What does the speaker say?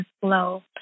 flow